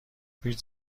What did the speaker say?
پیش